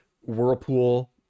whirlpool